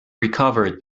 recovered